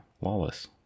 Lawless